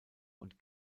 und